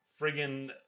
friggin